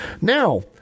Now